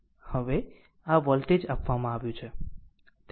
હવે આ વોલ્ટેજ આપવામાં આવ્યું છે